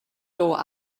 door